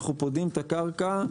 אנחנו פודים את הקרקע,